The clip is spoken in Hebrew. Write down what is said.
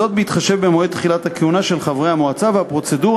בהתחשב במועד תחילת הכהונה של חברי המועצה ובפרוצדורה